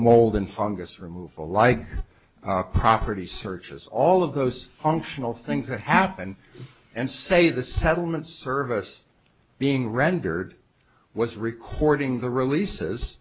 mold in fungus removal like property searches all of those functional things that happened and say the settlements service being rendered was recording the releases